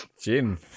Jim